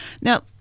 Now